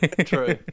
True